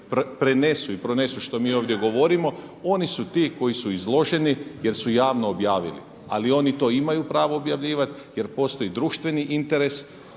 prenesu i pronesu što mi ovdje govorimo oni su ti koji su izloženi jer su javno objavili, ali oni to imaju pravo objavljivati jer postoji društveni interes,